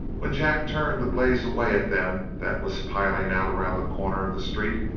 when jack turned to blaze away at them that was piling out around the corner of the street,